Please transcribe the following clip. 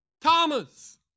Thomas